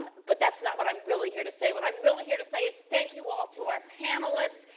but that's not what i'm really here to say. what i'm really here to say is, thank you all to our panelists.